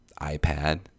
iPad